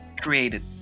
created